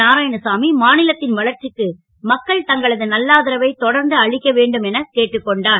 நாராயணசாமி மக்கள் மா லத் ன் வளர்ச்சிக்கு தங்களது நல்லாதரவை தொடர்ந்து அளிக்க வேண்டும் என கேட்டுக் கொண்டார்